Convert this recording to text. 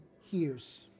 hears